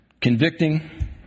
convicting